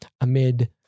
amid